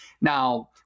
Now